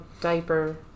diaper